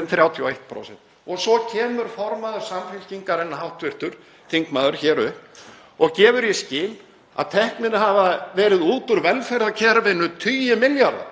um 31%. Og svo kemur formaður Samfylkingarinnar, hv. þingmaður, hér upp og gefur í skyn að teknir hafi verið út úr velferðarkerfinu tugir milljarða